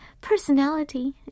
Personality